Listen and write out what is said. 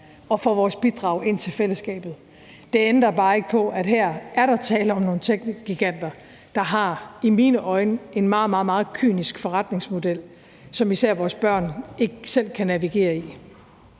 og for vores bidrag til fællesskabet. Det ændrer bare ikke på, at der her er tale om nogle techgiganter, der i mine øjne har en meget, meget kynisk forretningsmodel, som især vores børn ikke selv kan navigere i.